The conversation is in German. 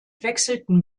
wechselten